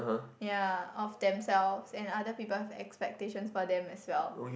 ya of themselves and other people have expectations for them as well